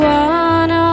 one